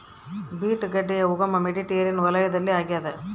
beet ಗಡ್ಡೆಯ ಉಗಮ Mediterranean ವಲಯದಲ್ಲಿ ಆಗ್ಯಾದ